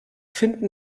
finden